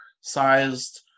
sized